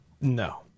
no